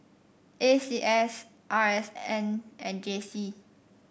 A C S R S N and J C